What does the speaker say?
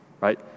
right